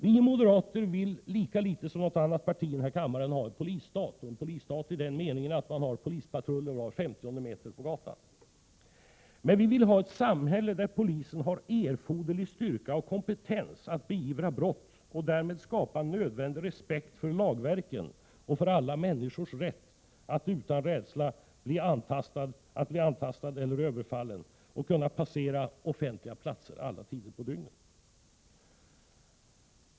Vi moderater vill lika litet som något annat parti i denna kammare ha en polisstat i den meningen att det står en polispatrull för var 50:e meter. Men vi vill ha ett samhälle där polisen har erforderlig styrka och kompetens att beivra brott och därmed skapa nödvändig respekt för lagverken och för alla människors rätt att utan rädsla för att bli antastade eller överfallna kunna passera offentliga platser alla tider på dygnet.